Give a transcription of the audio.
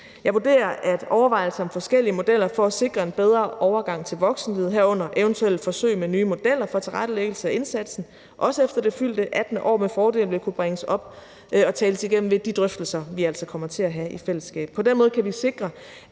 Jeg vurderer, at overvejelser om forskellige modeller for at sikre en bedre overgang til voksenlivet, herunder eventuelle forsøg med nye modeller for tilrettelæggelse af indsatsen, også efter det fyldte 18. år, med fordel vil kunne bringes op og tales igennem ved de drøftelser, vi altså kommer til at have i fællesskab. På den måde kan vi sikre,